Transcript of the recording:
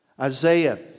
Isaiah